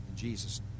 Jesus